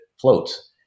floats